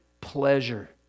pleasure